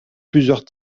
plusieurs